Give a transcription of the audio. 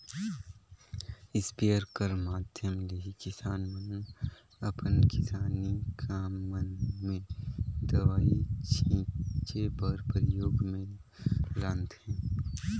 sprayer कर माध्यम ले ही किसान मन अपन किसानी काम मन मे दवई छीचे बर परियोग मे लानथे